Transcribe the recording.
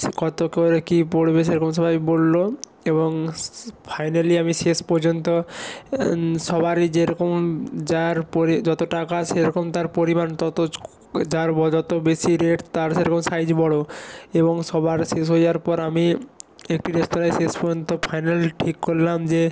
সে কত করে কী পড়বে সেরকম সবাই বললো এবং ফাইনালি আমি শেষ পর্যন্ত সবারই যেরকম যার পড়ে যতটা টাকা সেরকম তার পরিমাণ তত যার যত বেশি রেট তার সেরকম সাইজ বড় এবং সবার শেষ হয়ে যাওয়ার পর আমি একটি রেস্তোরাঁয় শেষ পর্যন্ত ফাইনাল ঠিক করলাম যে